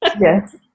Yes